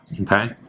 Okay